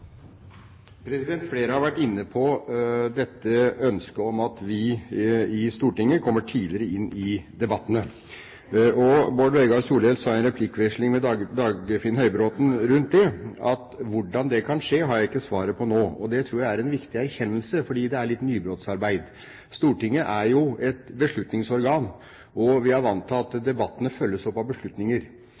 Flere har vært inne på ønsket om at vi i Stortinget kommer tidligere inn i debattene. Bård Vegar Solhjell sa i en replikkveksling med Dagfinn Høybråten rundt dette at hvordan det kan skje, har jeg ikke svaret på nå. Det tror jeg er en viktig erkjennelse, for det er litt nybrottsarbeid. Stortinget er jo et beslutningsorgan, og vi er vant til at debattene følges opp av beslutninger.